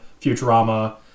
Futurama